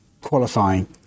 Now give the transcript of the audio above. qualifying